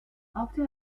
after